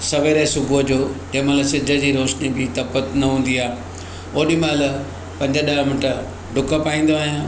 सवेर सुबुह जो जंहिं महिल सिज जी रोशनी जी तपत न हूंदी आहे ओॾी महिल पंज ॾह मिन्ट डुक पाईंदो आहियां